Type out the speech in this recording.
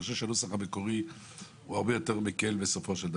הנוסח המקורי הרבה יותר מקל בסופו של דבר.